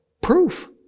proof